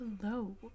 Hello